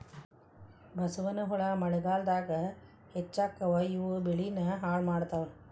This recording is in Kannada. ಬಸವನಹುಳಾ ಮಳಿಗಾಲದಾಗ ಹೆಚ್ಚಕ್ಕಾವ ಇವು ಬೆಳಿನ ಹಾಳ ಮಾಡತಾವ